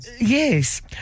yes